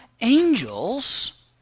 angels